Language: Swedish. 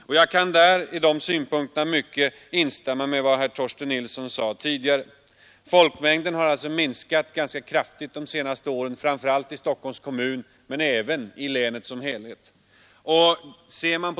Folkmängden i regionen har minskat ganska kraftigt de senaste åren, framför allt i Stockholms kommun men även i länet som helhet.